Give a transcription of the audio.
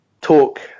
talk